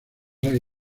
hay